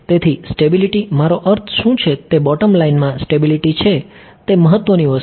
તેથી સ્ટેબિલિટી મારો અર્થ શું છે તે બોટમ લાઇનમાં સ્ટેબિલિટી છે તે મહત્વની વસ્તુ છે